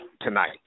tonight